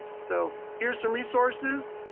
so here's some resources.